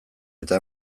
eta